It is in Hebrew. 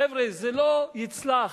חבר'ה, זה לא יצלח.